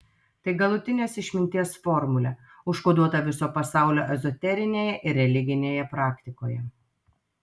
tai galutinės išminties formulė užkoduota viso pasaulio ezoterinėje ir religinėje praktikoje